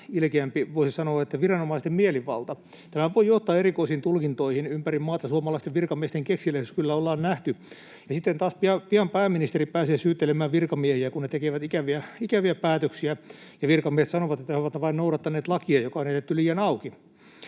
ilkeämpi voisi sanoa, että viranomaisten mielivalta. Tämä voi johtaa erikoisiin tulkintoihin ympäri maata, suomalaisten virkamiesten kekseliäisyys kyllä ollaan nähty. Ja sitten taas pian pääministeri pääsee syyttelemään virkamiehiä, kun nämä tekevät ikäviä päätöksiä, ja virkamiehet sanovat, että he ovat vain noudattaneet lakia, joka on jätetty liian auki.